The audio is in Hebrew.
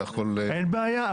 אין בעיה,